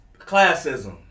classism